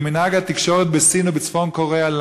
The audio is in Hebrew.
כמנהג התקשורת בסין ובצפון-קוריאה,